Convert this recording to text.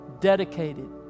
Dedicated